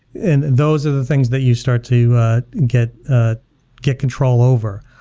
and those are the things that you start to get ah get control over.